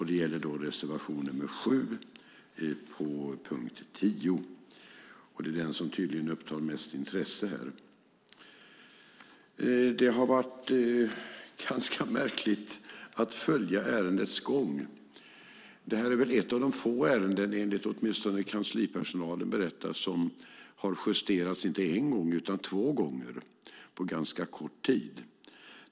Det gäller reservation nr 7 under punkt 10. Det är tydligen den som upptar mest intresse här. Det har varit ganska märkligt att följa ärendets gång. Detta är ett av de få ärenden, åtminstone enligt vad kanslipersonalen berättar, som har justerats inte en gång utan två gånger på ganska kort tid.